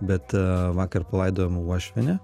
bet vakar palaidojom uošvienę